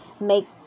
make